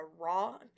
raw